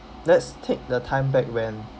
let's take the time back when